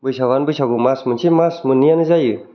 बैसागुआनो बैसागु मास मोनसे मास मोननैआनो जायो